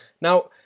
Now